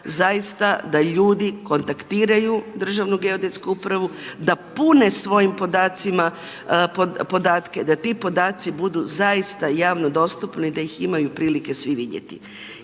zaista da ljudi kontaktiraju državnu geodetsku upravu, da pune svojim podacima podatke, da bi podaci budu zaista javno dostupni i da ih imaju svi prilike vidjeti.